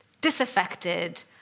disaffected